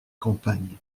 campagne